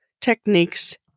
techniques